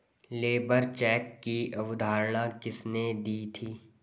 Labour check की अवधारणा किसने दी थी?